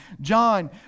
John